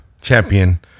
champion